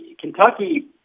Kentucky